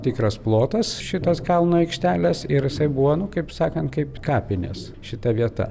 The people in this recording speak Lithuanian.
tikras plotas šitos kalno aikštelės ir jisai buvo nu kaip sakant kaip kapinės šita vieta